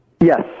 Yes